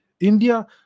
India